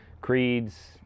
creeds